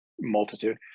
multitude